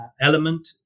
element